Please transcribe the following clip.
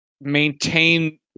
maintain